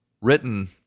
written